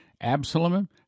Absalom